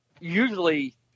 usually